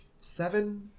seven